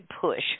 push